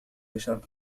بشرط